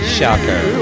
Shocker